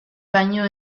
baino